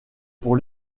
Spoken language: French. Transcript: pour